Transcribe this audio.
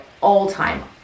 all-time